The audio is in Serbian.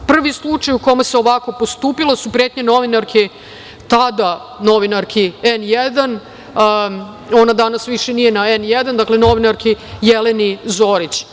Prvi slučaj u kome se ovako postupali su pretnje novinarke, tada novinarki N1, onda danas više nije na N1, novinarki Jeleni Zorić.